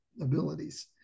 abilities